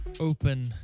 open